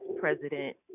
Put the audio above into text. President